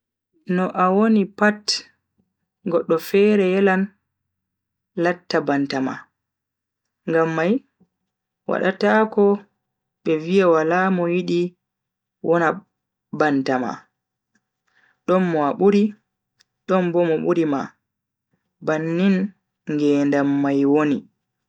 No a woni pat goddo fere yelan latta banta ma, ngam mai wadata ko be viya wala mo yidi wona banta ma. don mo a buri don Bo Mo buri ma bannin ngedam mai woni.